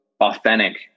authentic